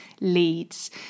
leads